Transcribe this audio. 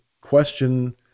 question